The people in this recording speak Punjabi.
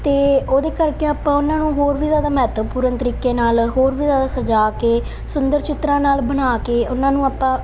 ਅਤੇ ਉਹਦੇ ਕਰਕੇ ਆਪਾਂ ਉਹਨਾਂ ਨੂੰ ਹੋਰ ਵੀ ਜ਼ਿਆਦਾ ਮਹੱਤਵਪੂਰਨ ਤਰੀਕੇ ਨਾਲ ਹੋਰ ਵੀ ਜ਼ਿਆਦਾ ਸਜਾ ਕੇ ਸੁੰਦਰ ਚਿੱਤਰਾਂ ਨਾਲ ਬਣਾ ਕੇ ਉਹਨਾਂ ਨੂੰ ਆਪਾਂ